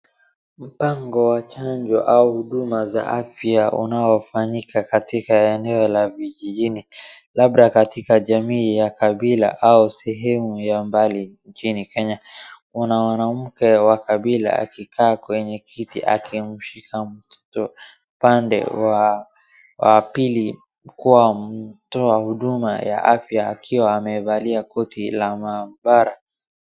mpango wa chanjo au huduma za afya unaofanyika katika eneo la vijijini labda katika jamii ya kabila au sehemu ya mbali nchini Kenya, kuna mwanamke wa kabila akiketi kwenye kiti akimshka mtoto, upande wa pili ikiwa mtu wa huduma ya afya akiwa amevalia koti la maabara.